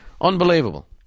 Unbelievable